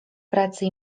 pracy